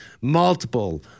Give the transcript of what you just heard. multiple